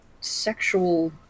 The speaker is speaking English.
sexual